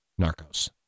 Narcos